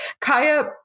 Kaya